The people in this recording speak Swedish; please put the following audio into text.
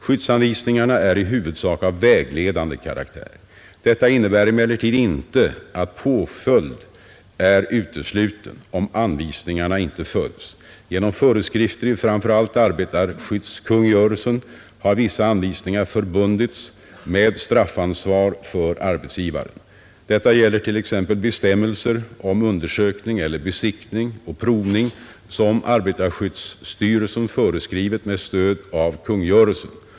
Skyddsanvisningarna är i huvudsak av vägledande karaktär. Detta innebär emellertid inte att påföljd är utesluten, om anvisningarna inte följs. Genom föreskrifter i framför allt arbetarskyddskungörelsen har vissa anvisningar förbundits med straffansvar för arbetsgivaren. Detta gäller t.ex. bestämmelser om undersökning eller besiktning och provning, som arbetarskyddsstyrelsen föreskrivit med stöd av kungörelsen.